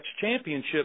Championship